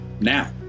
now